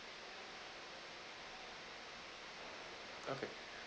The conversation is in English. okay